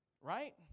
Right